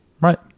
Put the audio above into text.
Right